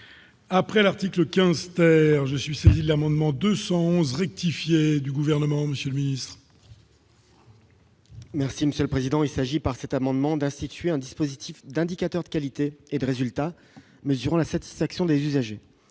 Après l'article 15 je suis l'amendement 211 rectifier du gouvernement Monsieur le Ministre. Merci monsieur le président, il s'agit par cet amendement d'instituer un dispositif d'indicateurs de qualité et de résultats, mesurant la satisfaction des usagers,